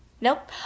nope